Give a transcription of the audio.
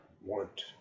want